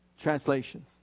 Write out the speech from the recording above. translation